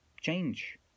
change